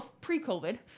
pre-covid